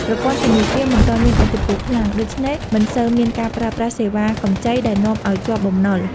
ប្រព័ន្ធធនាគារមិនទាន់មានឥទ្ធិពលខ្លាំង ដូច្នេះមិនសូវមានការប្រើប្រាស់សេវាកម្ចីដែលនាំឱ្យជាប់បំណុល។